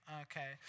Okay